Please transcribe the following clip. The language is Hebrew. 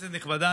כנסת נכבדה,